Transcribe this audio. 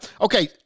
Okay